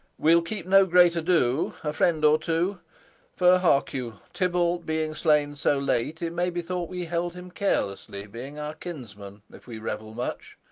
we'll keep no great ado a friend or two for, hark you, tybalt being slain so late, it may be thought we held him carelessly, being our kinsman, if we revel much